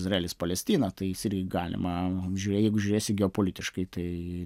izraelis palestina tai jis irgi galima jeigu žiūrėsi geopolitiškai tai